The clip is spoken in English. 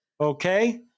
okay